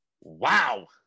Wow